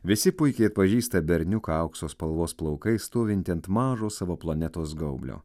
visi puikiai atpažįsta berniuką aukso spalvos plaukais stovintį ant mažo savo planetos gaublio